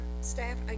staff